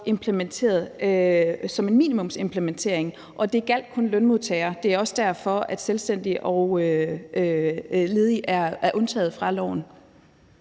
implementeret som en minimumsimplementering, og det gjaldt kun lønmodtagere. Det er også derfor, at selvstændige og ledige er undtaget fra loven.